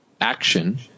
action